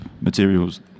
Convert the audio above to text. materials